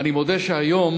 ואני מודה שהיום,